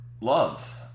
Love